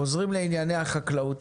חוזרים לענייני החקלאות.